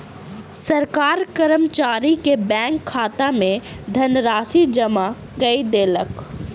सरकार कर्मचारी के बैंक खाता में धनराशि जमा कय देलक